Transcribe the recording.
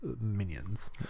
minions